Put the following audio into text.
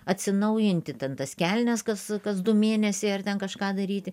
atsinaujinti ten tas kelnes kas kas du mėnesiai ar ten kažką daryti